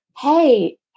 Hey